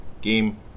game